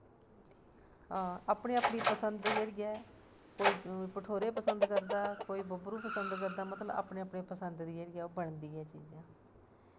आं अपनी अपनी पसंद जेह्ड़ी ऐ कोई भठोरे पसंद करदा कोई बब्बरू पसंद करदा मतलब अपनी अपनी पसंद दी जेह्ड़ी ऐ ओह् बनदी ऐ चीज़